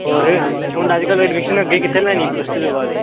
ਔਰ ਹੁਣ ਅੱਜ ਕੱਲ੍ਹ ਐਡਮਿਸ਼ਨ ਅੱਗੇ ਕਿੱਥੇ ਲੈਣੀ ਪਲੱਸ ਟੂ ਤੋਂ ਬਾਅਦ